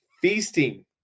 feasting